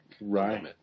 Right